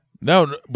No